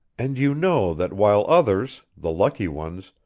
and you know that while others, the lucky ones,